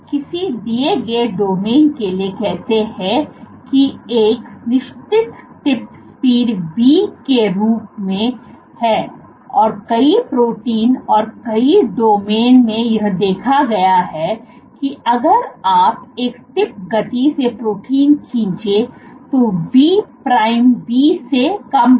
आइए किसी दिए गए डोमेन के लिए कहते हैं यह एक निश्चित टिप स्पीड v के रूप में हैऔर कई प्रोटीन और कई डोमेन मैं यह देखा गया है की अगर आप एक टिप गति से प्रोटीन खींचे तो v prime v से कम है